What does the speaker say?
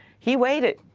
he waited.